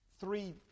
three